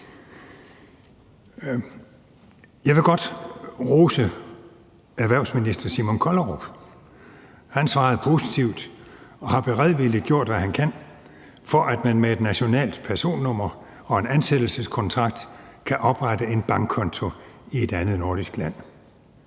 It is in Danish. Jeg vil godt rose erhvervsminister Simon Kollerup. Han svarede positivt og har beredvilligt gjort, hvad han kan, for at man med et nationalt personnummer og en ansættelseskontrakt kan oprette en bankkonto i et andet nordisk land.